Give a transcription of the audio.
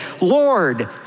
Lord